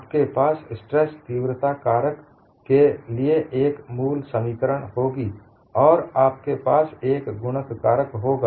आपके पास स्ट्रेस तीव्रता कारक के लिए एक मूल समीकरण होगी और आपके पास एक गुणक कारक होगा